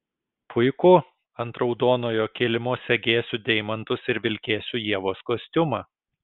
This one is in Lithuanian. puiku ant raudonojo kilimo segėsiu deimantus ir vilkėsiu ievos kostiumą